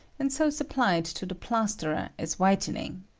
and so supplied to the plasterer as whitening